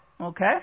Okay